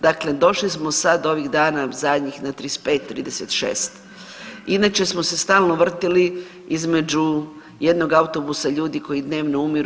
Dakle, došli smo sad ovih dana zadnjih na 35, 36 inače smo se stalno vrtili između jednog autobusa ljudi koji dnevno umiru.